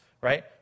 right